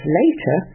later